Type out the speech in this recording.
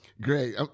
Great